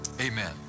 amen